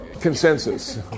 consensus